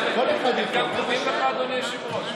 אדוני היושב-ראש,